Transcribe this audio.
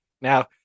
now